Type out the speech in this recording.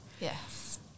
Yes